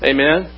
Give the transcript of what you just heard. Amen